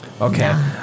Okay